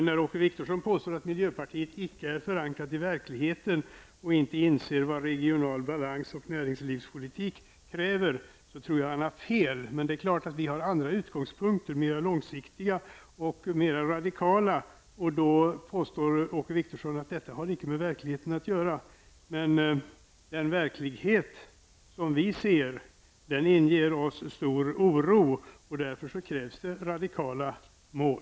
Åke Wictorsson påstår att miljöpartiet icke är förankrat i verkligheten och inte inser vad regional balans och näringslivspolitik kräver, men jag tror då att han har fel. Men det är klart att vi har andra utgångspunkter, mer långsiktiga och mer radikala. Åke Wictorsson påstår då att detta icke har med verkligheten att göra. Den verklighet som vi ser inger oss stor oro, och därför krävs radikala mål.